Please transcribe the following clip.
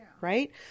right